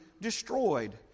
destroyed